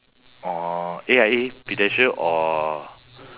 orh A_I_A prudential or